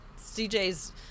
cj's